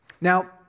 Now